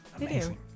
amazing